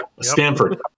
Stanford